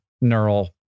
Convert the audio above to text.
neural